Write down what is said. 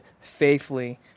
faithfully